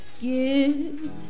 Give